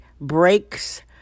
breaks